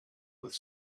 with